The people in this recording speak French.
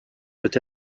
peut